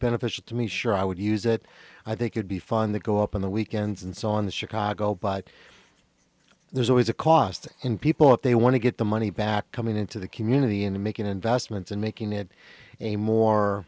neficial to me sure i would use it i think could be fun the go up on the weekends and so on the chicago by there's always a cost in people if they want to get the money back coming into the community and making investments and making it a more